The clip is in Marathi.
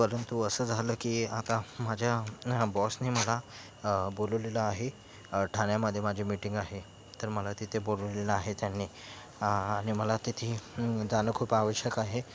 परंतु असं झालं की आता माझ्या बॉसने मला बोलवलेलं आहे ठाण्यामध्ये माझी मीटिंग आहे तर मला तिथे बोलवलेलं आहे त्यांनी आणि मला तिथे जाणं खूप आवश्यक आहे